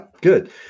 good